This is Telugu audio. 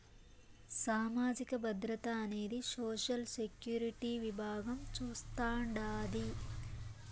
సామాజిక భద్రత అనేది సోషల్ సెక్యూరిటీ విభాగం చూస్తాండాది